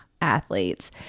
athletes